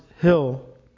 Hill